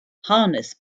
harness